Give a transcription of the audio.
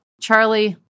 Charlie